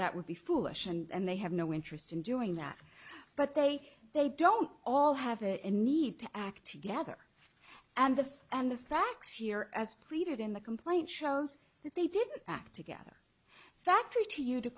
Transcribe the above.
that would be foolish and they have no interest in doing that but they they don't all have it in need to act together and the and the facts here as pleaded in the complaint shows that they didn't act together factory to you